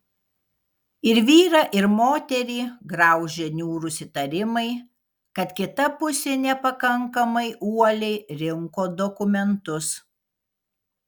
ir vyrą ir moterį graužia niūrus įtarimai kad kita pusė nepakankamai uoliai rinko dokumentus